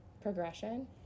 progression